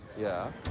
yeah.